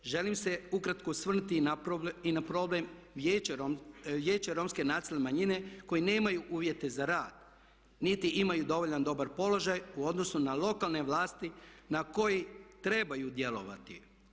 Želim se ukratko osvrnuti i na problem Vijeća romske nacionalne manjine koji nemaju uvjete za rad niti imaju dovoljno dobar položaj u odnosu na lokalne vlasti na koji trebaju djelovati.